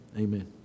Amen